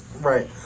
Right